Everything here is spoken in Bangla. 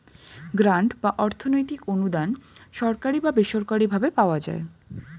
গ্রান্ট বা অর্থনৈতিক অনুদান সরকারি বা বেসরকারি ভাবে পাওয়া যায়